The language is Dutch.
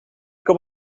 kom